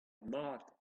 mat